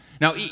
Now